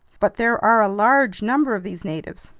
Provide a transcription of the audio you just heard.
but there are a large number of these natives.